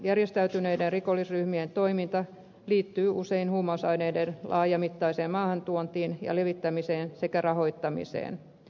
järjestäytyneiden rikollisryhmien toiminta liittyy usein huumausaineiden laajamittaiseen maahantuontiin ja levittämiseen sekä rahoittamiseen